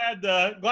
glad